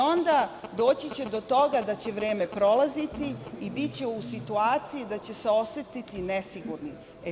Onda će doći do toga da će vreme prolaziti i biće u situaciji da će se osetiti nesigurnim.